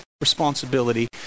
responsibility